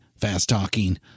fast-talking